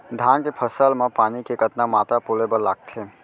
धान के फसल म पानी के कतना मात्रा पलोय बर लागथे?